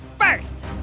first